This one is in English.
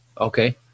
Okay